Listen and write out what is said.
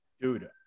Dude